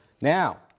Now